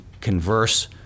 converse